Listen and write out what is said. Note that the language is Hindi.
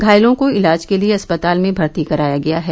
घायलों को इलाज के लिए अस्पताल में भर्ती कराया गया है